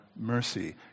mercy